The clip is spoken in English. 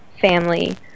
family